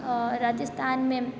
राजस्थान में